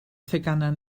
theganau